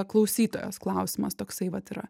klausytojos klausimas toksai vat yra